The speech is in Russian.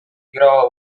играла